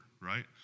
Right